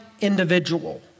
individual